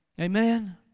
Amen